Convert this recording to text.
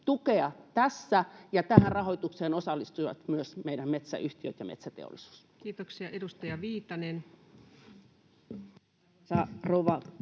tukea tässä, ja tähän rahoitukseen osallistuisivat myös meidän metsäyhtiöt ja metsäteollisuus? [Speech 262] Speaker: